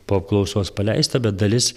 po apklausos paleista bet dalis